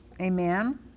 Amen